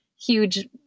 huge